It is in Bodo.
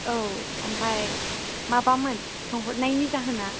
औ ओमफ्राय माबामोन सोंहदनायनि जाहोना